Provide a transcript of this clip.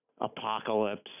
apocalypse